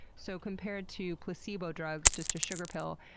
so compared to placebo drugs, just a sugar pill,